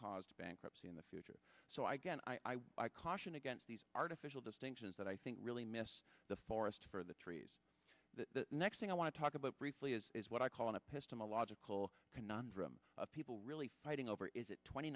caused bankruptcy in the future so i guess i would caution against these artificial distinctions that i think really miss the forest for the trees the next thing i want to talk about briefly is is what i call in a pistol the logical conundrum of people really fighting over is it twenty